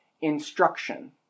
instruction